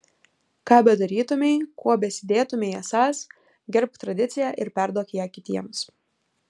ką bedarytumei kuo besidėtumei esąs gerbk tradiciją ir perduok ją kitiems